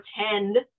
pretend